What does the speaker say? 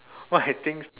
what had things